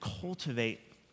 cultivate